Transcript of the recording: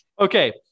Okay